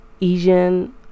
asian